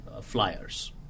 flyers